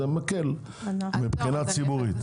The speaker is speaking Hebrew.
זה מקל מבחינה ציבורית.